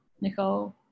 Nicole